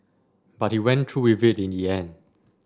but he went through with it in the end